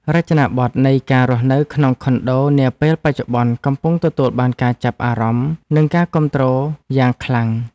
រចនាបថនៃការរស់នៅក្នុងខុនដូនាពេលបច្ចុប្បន្នកំពុងទទួលបានការចាប់អារម្មណ៍និងការគាំទ្រយ៉ាងខ្លាំង។